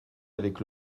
avec